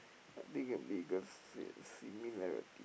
I think the biggest s~ similarity